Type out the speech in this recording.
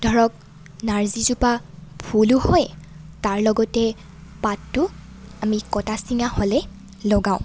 ধৰক নাৰ্জীজোপা ফুলো হয় তাৰ লগতে পাতটো আমি কটা চিঙা হ'লে লগাওঁ